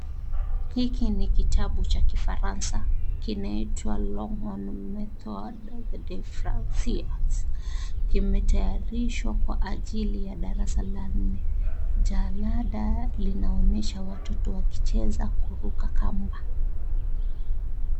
Hiki ni kitabu cha kifaransa kinaitwa Longhorn Methode de Francais, kimetayarishwa kwa ajili ya darasa la nne. Jalada linaonyesha watoto wakicheza kuruka kamba.